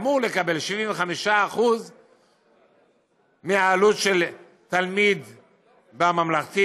אמור לקבל 75% מהעלות של תלמיד בממלכתי,